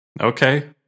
Okay